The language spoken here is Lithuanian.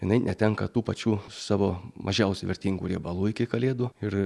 jinai netenka tų pačių savo mažiausiai vertingų riebalų iki kalėdų ir